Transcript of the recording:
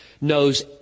knows